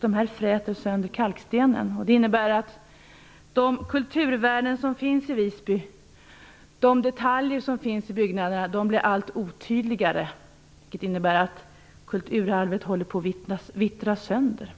Dessa ämnen fräter sönder kalkstenen, och det leder till att detaljerna i de kulturvärden som finns i Visby blir allt otydligare. Kulturarvet håller alltså på att vittra sönder.